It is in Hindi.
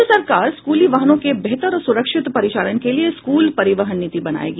राज्य सरकार स्कूली वाहनों के बेहतर और सुरक्षित परिचालन के लिए स्कूल परिवहन नीति बनायेगी